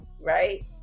right